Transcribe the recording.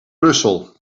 brussel